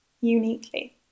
uniquely